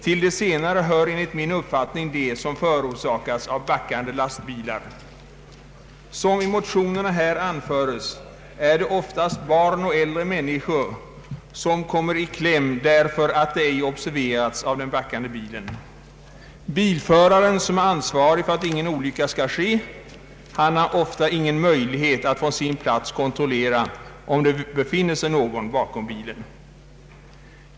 Till de senare hör enligt min uppfattning de som förorsakas av backande lastbilar. Som i motionerna anförs, är det oftast barn och äldre som kommer i kläm därför att de ej observerats av den backande bilen. Bilföraren, som är ansvarig för att ingen olycka inträffar, har ofta ingen möjlighet att från sin plats kontrollera om det befinner sig någon bakom bilen.